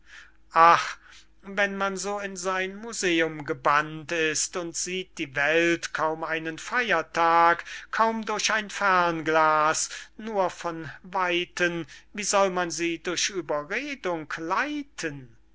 wenn man so in sein museum gebannt ist und sieht die welt kaum einen feyertag kaum durch ein fernglas nur von weiten wie soll man sie durch ueberredung leiten